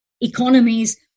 economies